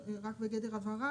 רק בגדר הבהרה,